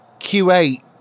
Q8